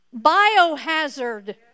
Biohazard